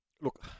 Look